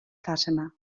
fatima